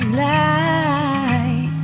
light